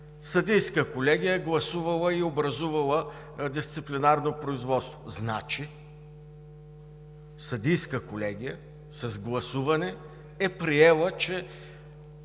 Съдийската колегия е гласувала и образувала дисциплинарно производство, значи съдийска колегия с гласуване е приела, че